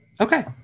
Okay